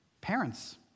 Parents